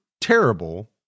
terrible